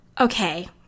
Okay